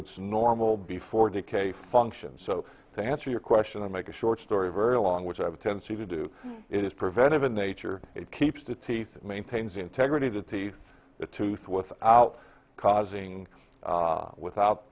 its normal before decay function so to answer your question i make a short story very long which i have a tendency to do it is preventive in nature it keeps the teeth maintains integrity the teeth the tooth without causing without